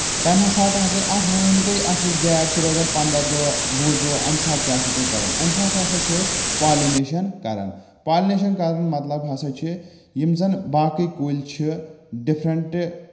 تمہِ ساتہٕ ہسا اتھ وۄنۍ ؤنیو تُہۍ اَتھ یُس گیپ چھِ روزان پنٛداہ دۄہ وُہ دۄہ اَمہِ ساتہٕ کیاہ چھُو تُہۍ کران اَمہِ ساتہٕ ہسا چھِ أسۍ پالِنیشن کران پالِنیشن کرنُک مطلب ہسا چھُ یِم زَن باقٕے کُلۍ چھِ ڈفرنٛٹ